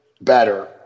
better